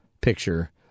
picture